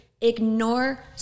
Ignore